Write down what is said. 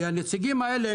כי הנציגים האלה,